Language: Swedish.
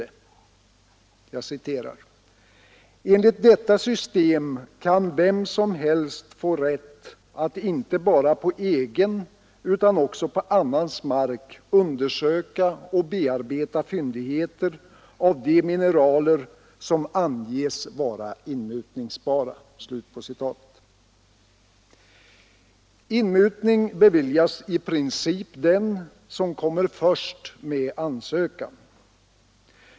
Det heter: ”Enligt detta system kan vem som helst få rätt att inte bara på egen utan också på annans mark undersöka och bearbeta fyndigheter av de mineral som i lagen anges vara inmutningsbara.” Inmutning beviljas i princip den som kommer först med ansökan.